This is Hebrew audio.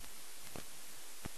ובכל אופן,